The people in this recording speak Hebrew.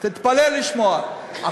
תתפלא לשמוע.